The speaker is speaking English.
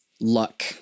luck